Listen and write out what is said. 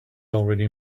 already